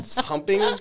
Humping